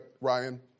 Ryan